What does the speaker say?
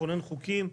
לכונן חוקים,